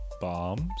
Bombs